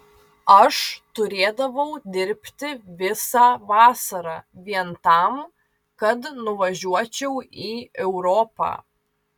aš turėdavau dirbti visą vasarą vien tam kad nuvažiuočiau į europą